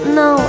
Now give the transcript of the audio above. no